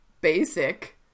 basic